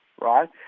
right